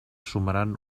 sumaran